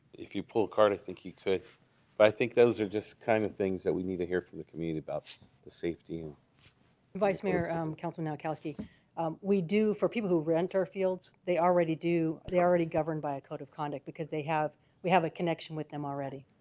if you pull card i think you could but i think those are just kind of things that we need to hear from the community about the safety advice mayor councilman nowakowski we do for people who rent our fields they already do they already governed by a code of conduct because they have we have a connection with them already